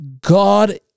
God